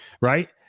right